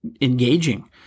engaging